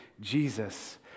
Jesus